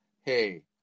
Hey